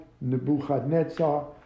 Nebuchadnezzar